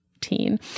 teen